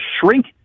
shrink